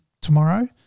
tomorrow